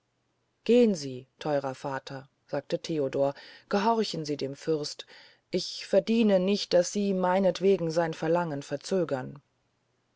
gehn sie theurer vater sagte theodor gehorchen sie dem fürsten ich verdiene nicht daß sie meinentwegen sein verlangen verzögern